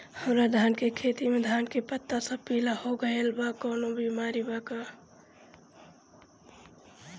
हमर धान के खेती में धान के पता सब पीला हो गेल बा कवनों बिमारी बा का?